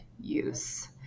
use